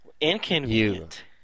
Inconvenient